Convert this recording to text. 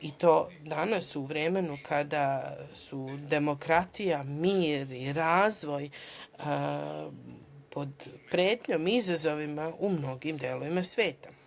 i to danas u vremenu kada su demokratija, mir i razvoj pod pretnjom i izazovima u mnogim delovima sveta.